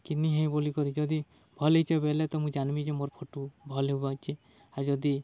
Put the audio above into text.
କି ନି ହେଇ ବୋଲିିକରି ଯଦି ଭଲ୍ ହେଇଛେ ବଲେ ତ ମୁଁ ଜାନ୍ମି ଯେ ମୋର୍ ଫଟୁ ଭଲ୍ ହେଇଚେ ଆଉ ଯଦି